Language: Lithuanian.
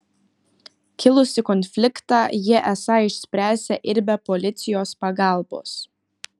kilusį konfliktą jie esą išspręsią ir be policijos pagalbos